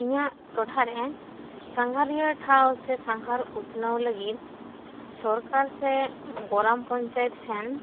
ᱤᱧᱟᱹᱜ ᱴᱚᱴᱷᱟ ᱨᱮ ᱥᱟᱸᱜᱷᱟᱨᱤᱭᱟᱹ ᱴᱷᱟᱶ ᱥᱮ ᱥᱟᱸᱜᱷᱟᱨ ᱩᱛᱱᱟᱹᱣ ᱞᱟᱹᱜᱤᱫ ᱥᱚᱨᱠᱟᱨ ᱥᱮ ᱜᱨᱟᱢ ᱯᱚᱱᱪᱟᱭᱮᱛ ᱴᱷᱮᱱ